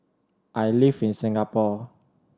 I live in Singapore